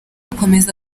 akomeza